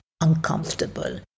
uncomfortable